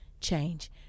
change